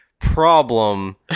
problem